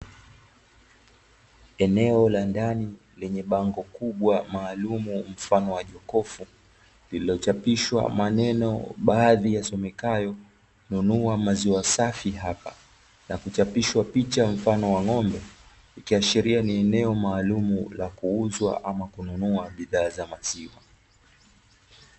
Eneo la ndani lenye bango kubwa maalumu mfano wa jokofu lililochapishwa maneno baadhi yasomekayo: "NUNUA MAZIWA SAFI HAPA",na kuchapishwa picha mfano wa ng'ombe ikiashiria ni eneo maalum la kuuzwa ama kununua bidhaa za maziwa.